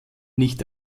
nicht